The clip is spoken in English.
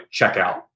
checkout